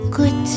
good